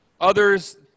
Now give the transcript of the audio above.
Others